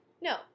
No